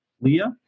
Leah